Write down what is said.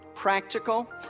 practical